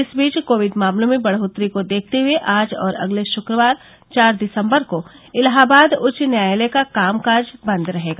इस बीच कोविड मामलों में बढ़ोतरी को देखते हुए आज और अगले शुक्रवार चार दिसंबर को इलाहाबाद उच्च न्यायालय का कामकाज बंद रहेगा